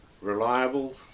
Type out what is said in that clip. reliable